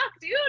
dude